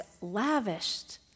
lavished